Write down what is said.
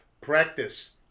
practice